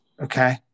Okay